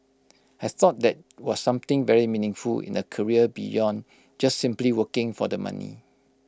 I thought that was something very meaningful in A career beyond just simply working for the money